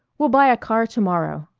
we'll buy a car to-morrow.